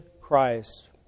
Christ